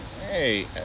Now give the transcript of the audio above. hey